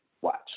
Watch